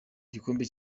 gikombe